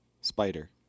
Spider